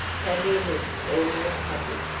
tavia looked almost happy.